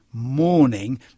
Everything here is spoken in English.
morning